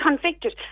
convicted